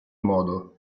modo